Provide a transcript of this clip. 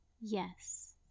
Yes